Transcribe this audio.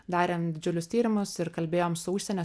darėm didžiulius tyrimus ir kalbėjom su užsienio